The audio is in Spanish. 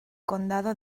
condado